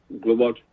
Global